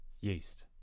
Yeast